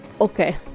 Okay